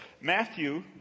Matthew